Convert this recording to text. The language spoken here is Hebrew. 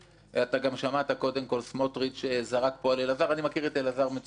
גם שמעת קודם - סמוטריץ זרק על אלעזר אני מכיר את אלעזר מצוין.